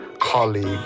colleague